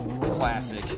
Classic